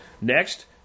Next